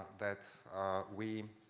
that we